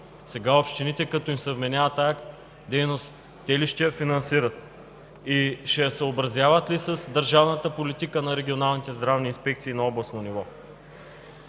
на общините им се вменява тази дейност, те ли ще я финансират и ще я съобразяват ли с държавната политика на регионалните здравни инспекции на областно ниво?